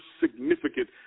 significant